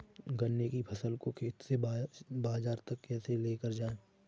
गन्ने की फसल को खेत से बाजार तक कैसे लेकर जाएँ?